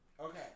Okay